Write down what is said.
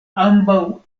ambaŭ